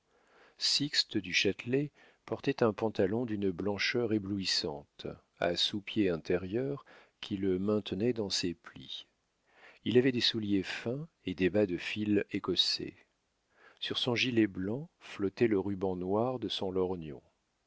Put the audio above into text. sixte du châtelet portait un pantalon d'une blancheur éblouissante à sous-pieds intérieurs qui le maintenaient dans ses plis il avait des souliers fins et des bas de fil écossais sur son gilet blanc flottait le ruban noir de son lorgnon